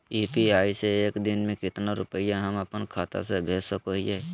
UPI से एक दिन में कितना रुपैया हम अपन खाता से भेज सको हियय?